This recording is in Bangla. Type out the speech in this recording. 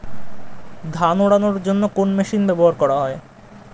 ধান উড়ানোর জন্য কোন মেশিন ব্যবহার করা হয়?